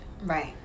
Right